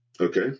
Okay